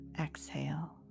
exhale